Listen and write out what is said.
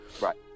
Right